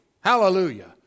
Hallelujah